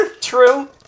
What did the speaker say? True